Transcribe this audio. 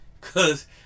Cause